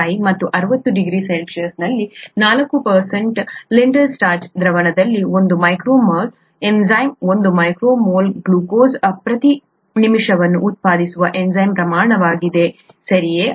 5 ಮತ್ತು 60 degree C ನಲ್ಲಿ 4 Lintner starch ದ್ರಾವಣದಲ್ಲಿ 1 micro mole enzyme 1 micro mole glucose ಪ್ರತಿ ನಿಮಿಷವನ್ನು ಉತ್ಪಾದಿಸುವ ಎನ್ಝೈಮ್ ಪ್ರಮಾಣವಾಗಿದೆ ಸರಿಯೇ